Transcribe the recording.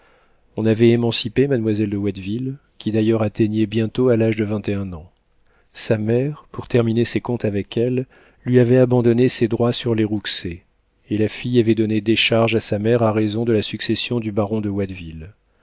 on avait émancipé mademoiselle de watteville qui d'ailleurs atteignait bientôt à l'âge de vingt-un ans sa mère pour terminer ses comptes avec elle lui avait abandonné ses droits sur les rouxey et la fille avait donné décharge à sa mère à raison de la succession du baron de